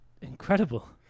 incredible